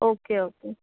okay okay